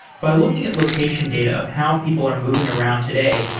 by looking at location data of how people are moving around today,